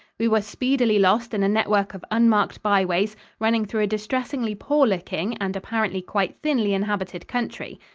we were speedily lost in a network of unmarked byways running through a distressingly poor-looking and apparently quite thinly inhabited country.